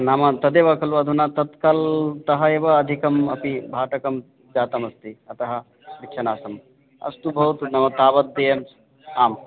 नाम तदेव खलु अधुना तत्कल् तः एव अधिकम् अपि भाटकं जातमस्ति अतः पृच्छनासम् अस्तु भवतु मम तावद्देयम् आम्